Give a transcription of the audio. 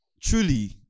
truly